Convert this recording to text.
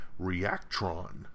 Reactron